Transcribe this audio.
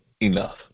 enough